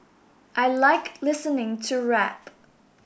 I like listening to rap